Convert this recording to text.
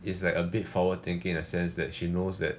is like a bit forward thinking in the sense that she knows that